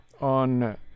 on